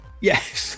Yes